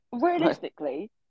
realistically